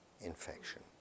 infection